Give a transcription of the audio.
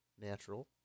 natural